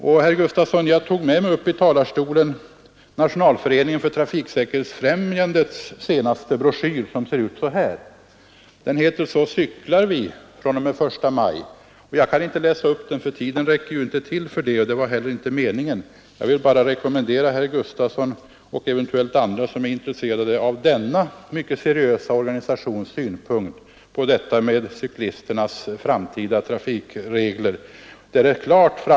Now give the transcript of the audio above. Jag tog med mig upp i talarstolen den senaste broschyren från Nationalföreningen för trafiksäkerhetens främjande. Den heter ”Så cyklar vi fr.o.m. 1 maj”. Jag kan inte läsa upp den, ty tiden räcker inte till för det. Jag vill bara rekommendera herr Gustafson och andra som är intresserade av denna mycket seriösa organisations synpunkter på cyklisternas framtida trafikregler att läsa denna broschyr.